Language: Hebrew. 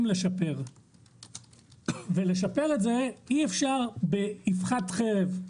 לשפר ולשפר את זה אי אפשר באבחת חרב,